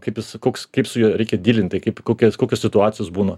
kaip jis koks kaip su juo reikia dilinti kaip kokias kokios situacijos būna